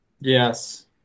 Yes